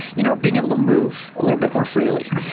you know being able to move a little bit more freely.